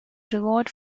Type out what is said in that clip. reward